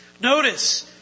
Notice